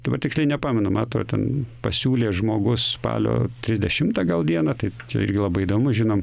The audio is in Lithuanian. dabar tiksliai nepamenu ma atrodo ten pasiūlė žmogus spalio trisdešimtą gal dieną taip čia irgi labai įdomu žinom